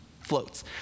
floats